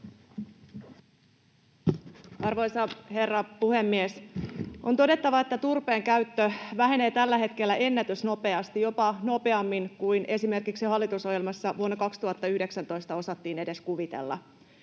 Arvoisa herra puhemies! On todettava, että turpeen käyttö vähenee tällä hetkellä ennätysnopeasti, jopa nopeammin kuin esimerkiksi hallitusohjelmassa vuonna 2019 osattiin edes kuvitella.